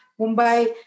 Mumbai